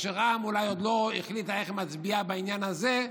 עוד לא החליטה איך היא מצביעה בעניין הזה,